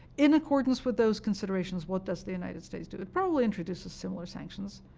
in accordance with those considerations, what does the united states do? it probably introduces similar sanctions.